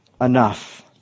enough